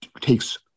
takes